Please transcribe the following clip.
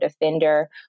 Defender